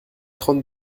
trente